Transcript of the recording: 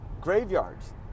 graveyards